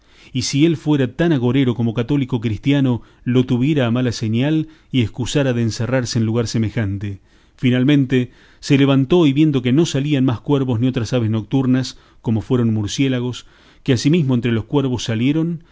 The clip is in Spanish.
y si él fuera tan agorero como católico cristiano lo tuviera a mala señal y escusara de encerrarse en lugar semejante finalmente se levantó y viendo que no salían más cuervos ni otras aves noturnas como fueron murciélagos que asimismo entre los cuervos salieron